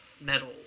metal